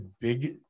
big